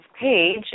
page